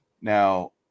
Now